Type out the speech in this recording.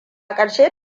ƙarshe